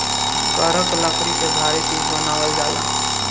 करक लकड़ी से भारी चीज़ बनावल जाला